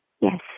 yes